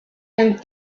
and